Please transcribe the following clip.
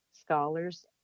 scholars